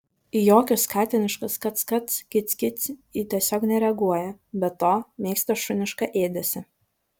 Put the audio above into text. į jokius katiniškus kac kac kic kic ji tiesiog nereaguoja be to mėgsta šunišką ėdesį